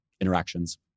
interactions